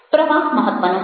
પ્રવાહ મહત્ત્વનો છે